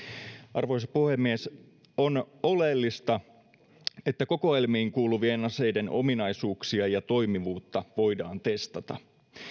arvoisa puhemies on oleellista että kokoelmiin kuuluvien aseiden ominaisuuksia ja toimivuutta voidaan testata